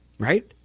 Right